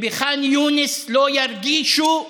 ובח'אן יונס לא ירגישו סגר,